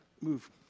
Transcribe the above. move